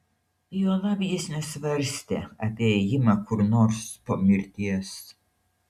juolab jis nesvarstė apie ėjimą kur nors po mirties